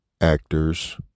actors